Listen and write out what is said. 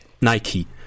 Nike